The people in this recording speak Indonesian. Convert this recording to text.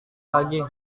lagi